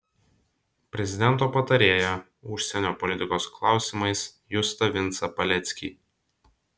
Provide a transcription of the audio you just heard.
prezidento patarėją užsienio politikos klausimais justą vincą paleckį